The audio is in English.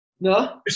No